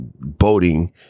boating